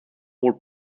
would